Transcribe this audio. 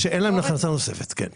שאין להם הכנסה נוספת, כן.